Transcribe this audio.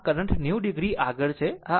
આમ current 90 o આગળ છે